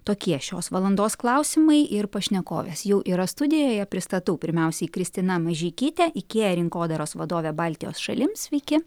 tokie šios valandos klausimai ir pašnekovės jau yra studijoje pristatau pirmiausiai kristina mažeikytė ikea rinkodaros vadovė baltijos šalims sveiki